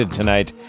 tonight